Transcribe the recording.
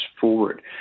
forward